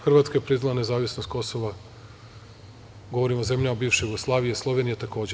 Hrvatska je priznala nezavisnost Kosova, govorim o zemljama bivše Jugoslavije, Slovenija takođe.